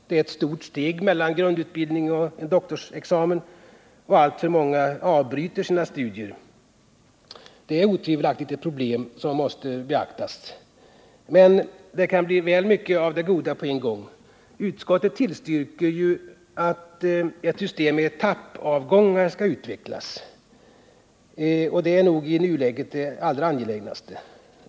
Det är ett stort steg mellan en grundutbildning och en doktorsexamen, och alltför många avbryter sina studier. Det är otvivelaktigt ett problem som måste beaktas, men det kan bli väl många nyheter på en gång. Utskottet tillstyrker ju att ett system med etappavgångar skall utvecklas, och det är nog i nuläget det allra angelägnaste.